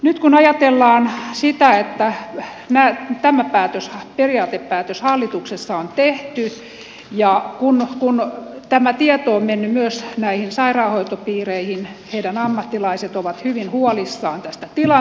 nyt kun ajatellaan sitä että tämä periaatepäätös hallituksessa on tehty ja kun tämä tieto on mennyt myös näihin sairaanhoitopiireihin heidän ammattilaisensa ovat hyvin huolissaan tästä tilanteesta erikoissairaanhoidossa